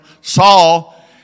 Saul